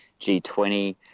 G20